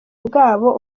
bwabo